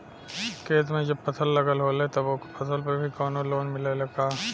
खेत में जब फसल लगल होले तब ओ फसल पर भी कौनो लोन मिलेला का?